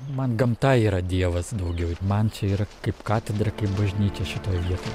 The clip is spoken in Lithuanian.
man gamta yra dievas daugiau ir man čia yra kaip katedra kaip bažnyčia šitoj vietoj